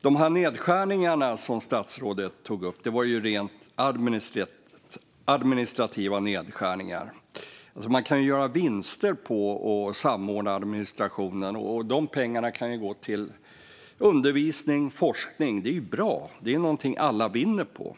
De nedskärningar som statsrådet tog upp är rent administrativa nedskärningar. Man kan ju göra vinster på att samordna administrationen, och de pengarna kan ju gå till undervisning och forskning. Det är bra och något alla vinner på.